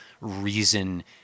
reason